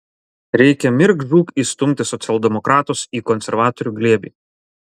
reikia mirk žūk įstumti socialdemokratus į konservatorių glėbį